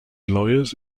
lawyers